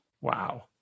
Wow